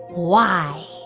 why?